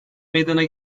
meydana